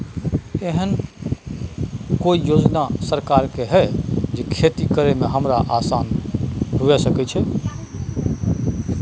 एहन कौय योजना सरकार के है जै खेती करे में हमरा आसान हुए सके छै?